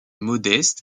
modeste